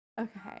Okay